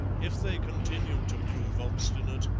if they continued to prove obstinate,